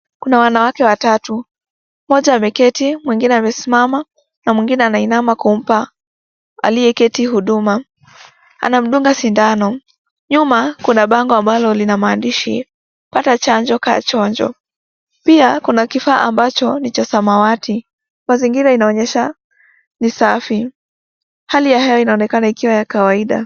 Kuna wanawake watatu, moja ameketi, mwingine amesimama na mwingine anasimama kumpa aliyeketi huduma, anamdunga shindano. Nyuma kuna bango ambalo lina maandishi Pata Chanjo Kaa Chonjo. Pia kuna kifaa ambacho ni cha samawati, mazingira inaonyesha ni safi, hali ya hewa inaonekana ikiwa ya kawaida.